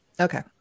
okay